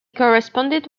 corresponded